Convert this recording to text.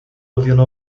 ouvindo